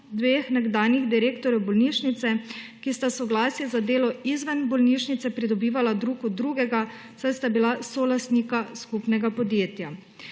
dveh nekdanjih direktorjev bolnišnice, ki sta soglasje za delo izven bolnišnice pridobivala drug od drugega, saj sta bila solastnika skupnega podjetja.